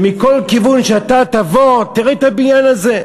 שמכל כיוון שאתה תבוא, תראה את הבניין הזה.